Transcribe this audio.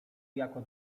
jako